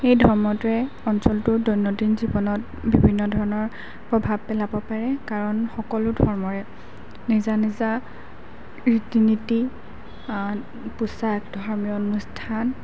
সেই ধৰ্মটোৱে অঞ্চলটোৰ দৈনন্দিন জীৱনত বিভিন্ন ধৰণৰ প্ৰভাৱ পেলাব পাৰে কাৰণ সকলো ধৰ্মৰে নিজা নিজা ৰীতি নীতি পোছাক ধৰ্মীয় অনুষ্ঠান